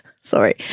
Sorry